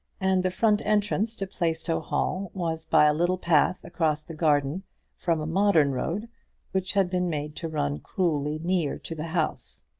and the front entrance to plaistow hall was by a little path across the garden from a modern road which had been made to run cruelly near to the house.